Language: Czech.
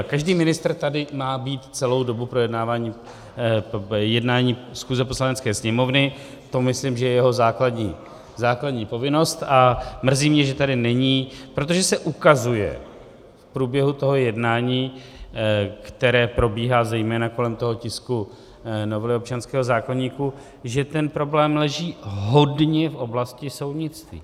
Každý ministr tady má být celou dobu jednání schůze Poslanecké sněmovny, to myslím, že je jeho základní povinnost, a mrzí mě, že tady není, protože se ukazuje v průběhu toho jednání, které probíhá zejména kolem toho tisku novely občanského zákoníku, že ten problém leží hodně v oblasti soudnictví.